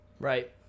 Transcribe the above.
right